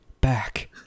back